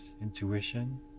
intuition